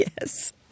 Yes